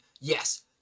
yes